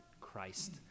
Christ